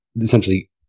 essentially